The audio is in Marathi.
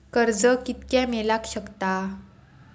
कर्ज कितक्या मेलाक शकता?